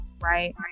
Right